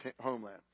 homeland